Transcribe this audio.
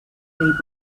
table